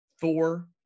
Thor